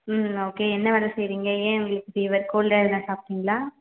ம் ஓகே என்ன வேலை செய்யறீங்க ஏன் இப்படி ஃபீவர் கோல்டாக எதனா சாப்பிட்டீங்களா